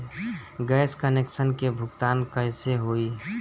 Gas connection के भुगतान कैसे होइ?